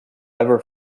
ever